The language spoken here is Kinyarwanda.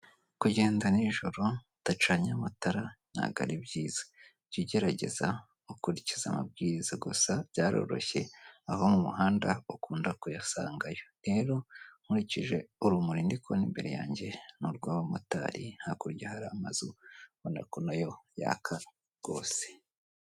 Kugenda nijoro udacanye amatara ntago ari byiza, jya ugerageza ukurikiza amabwiriza gusa byaroroshye aho mu muhanda ukunda kuyasangayo rero nkurikije urumuri ndikubona imbere yanjye n'urw'abamotari hakurya hari amazu mbona ko nayo yaka rwose.